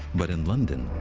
but in london.